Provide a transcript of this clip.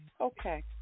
Okay